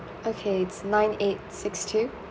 okay it's nine eight six two